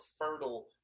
fertile